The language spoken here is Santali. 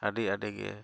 ᱟᱹᱰᱤᱼᱟᱹᱰᱤᱜᱮ